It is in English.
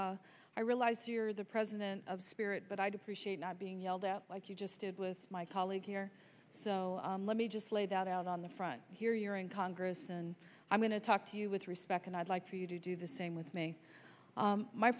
baldwin i realize you're the president of spirit but i'd appreciate not being yelled out like you just did with my colleague here so let me just laid out out on the front here you're in congress and i'm going to talk to you with respect and i'd like for you to do the same with me